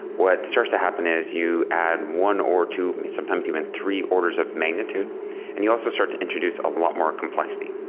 what starts to happen is you add one or two, sometimes even three orders of magnitude and you also start to introduce a lot more complexity,